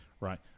Right